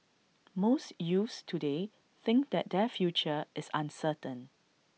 most youths today think that their future is uncertain